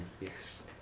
yes